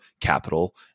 capital